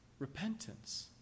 Repentance